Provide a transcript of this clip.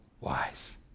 wise